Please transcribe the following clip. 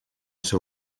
seu